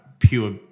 Pure